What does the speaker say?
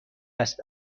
است